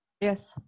Yes